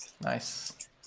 Nice